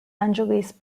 angeles